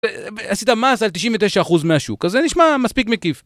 עשית מס על 99% מהשוק, אז זה נשמע מספיק מקיף.